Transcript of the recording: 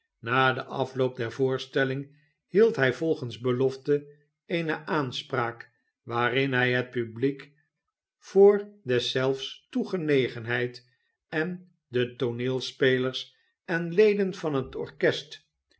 na den afloop der voorstelling hield hi volgens belofte eene aanspraak waarin hij het publiek voor deszelfs toegenegenheid en de tooneelspelers en leden van het orkest